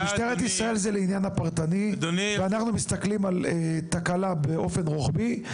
משטרת ישראל זה לעניין הפרטני ואנחנו מסתכלים על תקלה באופן רוחבי.